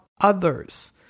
Others